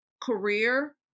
career